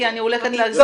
כי אני הולכת להחזיר